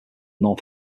north